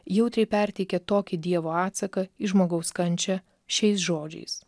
jautriai perteikia tokį dievo atsaką į žmogaus kančią šiais žodžiais